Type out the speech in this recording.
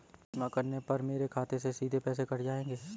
क्या बीमा करने पर मेरे खाते से सीधे पैसे कट जाएंगे?